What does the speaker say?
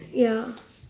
ya